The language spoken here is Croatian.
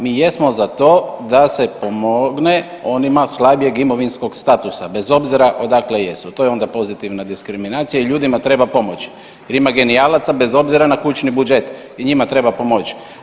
Mi jesmo za to da se pomogne onima slabijeg imovinskog statusa bez obzira odakle jesu, to je onda pozitivna diskriminacija i ljudima treba pomoći jer ima genijalaca bez obzira na kućni budžet i njima treba pomoć.